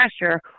pressure